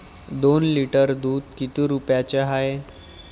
दोन लिटर दुध किती रुप्याचं हाये?